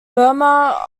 burma